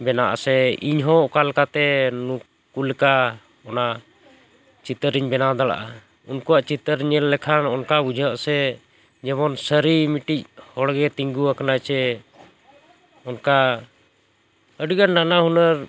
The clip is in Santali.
ᱢᱮᱱᱟᱜᱼᱟ ᱥᱮ ᱤᱧ ᱦᱚᱸ ᱚᱠᱟ ᱞᱮᱠᱟᱛᱮ ᱱᱩᱠᱩ ᱞᱮᱠᱟ ᱚᱱᱟ ᱪᱤᱛᱟᱹᱨᱤᱧ ᱵᱮᱱᱟᱣ ᱫᱟᱲᱮᱭᱟᱜᱼᱟ ᱩᱱᱠᱩᱣᱟᱜ ᱪᱤᱛᱟᱹᱨ ᱧᱮᱞ ᱞᱮᱠᱷᱟᱱ ᱚᱱᱠᱟ ᱵᱩᱡᱷᱟᱹᱜᱼᱟ ᱥᱮ ᱡᱮᱢᱚᱱ ᱥᱟᱹᱨᱤ ᱢᱤᱫᱴᱤᱡ ᱦᱚᱲ ᱜᱮ ᱛᱤᱸᱜᱩ ᱟᱠᱟᱱᱟᱭ ᱥᱮ ᱚᱱᱠᱟ ᱟᱹᱰᱤ ᱜᱟᱱ ᱱᱟᱱᱟ ᱦᱩᱱᱟᱹᱨ